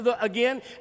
again